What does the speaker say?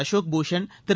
Ashok Bhushan Thiru